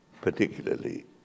particularly